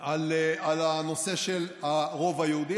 על הנושא של הרוב היהודי,